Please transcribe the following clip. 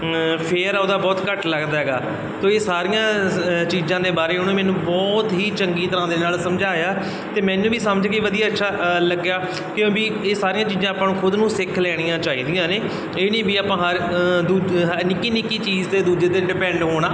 fair ਉਹਦਾ ਬਹੁਤ ਘੱਟ ਲੱਗਦਾ ਹੈਗਾ ਤਾਂ ਇਹ ਸਾਰੀਆਂ ਚੀਜ਼ਾਂ ਦੇ ਬਾਰੇ ਉਹਨੇ ਮੈਨੂੰ ਬਹੁਤ ਹੀ ਚੰਗੀ ਤਰ੍ਹਾਂ ਦੇ ਨਾਲ ਸਮਝਾਇਆ ਅਤੇ ਮੈਨੂੰ ਵੀ ਸਮਝ ਕੇ ਵਧੀਆ ਅੱਛਾ ਲੱਗਿਆ ਕਿਉਂ ਵੀ ਇਹ ਸਾਰੀਆਂ ਚੀਜ਼ਾਂ ਆਪਾਂ ਨੂੰ ਖੁਦ ਨੂੰ ਸਿੱਖ ਲੈਣੀਆਂ ਚਾਹੀਦੀਆਂ ਨੇ ਇਹ ਨਹੀਂ ਵੀ ਆਪਾਂ ਹਰ ਦੂ ਨਿੱਕੀ ਨਿੱਕੀ ਚੀਜ਼ 'ਤੇ ਦੂਜੇ 'ਤੇ ਡਿਪੈਂਡ ਹੋਣਾ